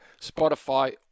Spotify